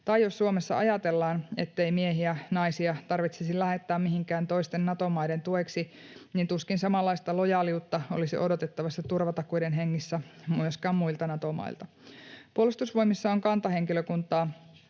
ja jos Suomessa ajatellaan, ettei miehiä ja naisia tarvitsisi lähettää mihinkään toisten Nato-maiden tueksi, niin tuskin vastaavasti lojaaliutta olisi odotettavissa turvatakuiden hengessä myöskään muilta Nato-mailta. Puolustusvoimissa on kantahenkilökuntaa,